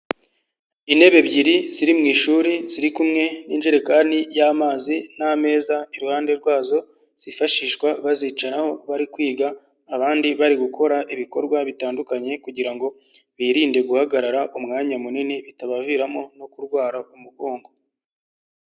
Intebe ebyiri ziri mu ishuri ziri kumwe n'injerekani y'amazi n'ameza iruhande rwazo, zifashishwa bazicaraho bari kwiga, abandi bari gukora ibikorwa bitandukanye kugira ngo birinde guhagarara umwanya munini bitabaviramo no kurwara umugongo.